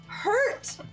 Hurt